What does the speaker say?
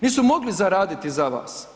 nisu mogli zaraditi za vas.